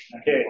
okay